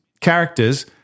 characters